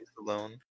alone